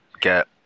get